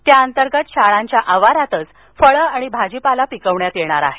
त्याअंतर्गत शाळंच्या आवारातच फळं आणि भाजीपाला पिकविण्यात येणार आहे